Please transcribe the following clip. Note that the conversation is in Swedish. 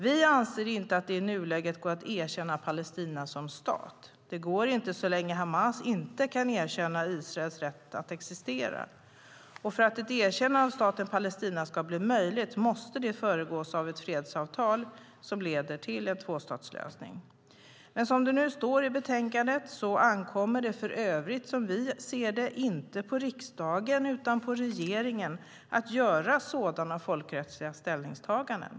Vi anser inte att det i nuläget går att erkänna Palestina som stat. Det går inte så länge Hamas inte kan erkänna Israels rätt att existera. För att ett erkännande av staten Palestina ska bli möjligt måste det föregås av ett fredsavtal som leder till en tvåstatslösning. Men som det står i betänkandet ankommer det för övrigt, som vi ser det, inte på riksdagen utan på regeringen att göra sådana folkrättsliga ställningstaganden.